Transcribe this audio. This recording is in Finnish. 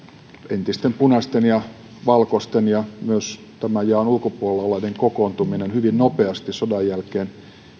entisten punaisten ja valkoisten ja myös tämän jaon ulkopuolella olleiden kokoontuminen hyvin nopeasti sodan jälkeen